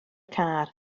car